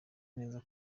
neza